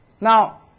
Now